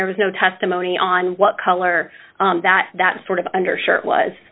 there was no testimony on what color that that sort of undershirt was